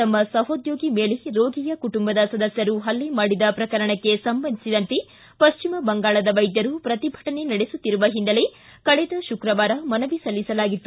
ತಮ್ನ ಸಹೋದ್ಯೋಗಿ ಮೇಲೆ ರೋಗಿಯ ಕುಟುಂಬದ ಸದಸ್ವರು ಹಲ್ಲೆ ಮಾಡಿದ ಪ್ರಕರಣಕ್ಕೆ ಸಂಬಂಧಿಸಿದಂತೆ ಪಶ್ಚಿಮಬಂಗಾಳದ ವೈದ್ಯರು ಪ್ರತಿಭಟನೆ ನಡೆಸುತ್ತಿರುವ ಹಿನ್ನೆಲೆ ಕಳೆದ ಶುಕ್ರವಾರ ಮನವಿ ಸಲ್ಲಿಸಲಾಗಿತ್ತು